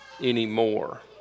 anymore